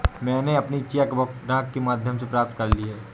मैनें अपनी cheque book डाक के माध्यम से प्राप्त कर ली है